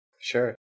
Sure